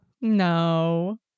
No